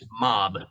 mob